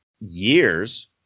years